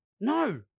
No